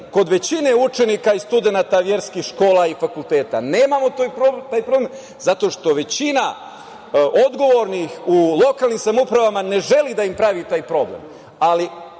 kod većine učenika i studenata verskih škola i fakulteta nemamo taj problem, zato što većina odgovornih u lokalnim samoupravama ne želi da im pravi taj problem.